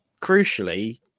Crucially